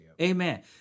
amen